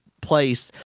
place